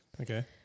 Okay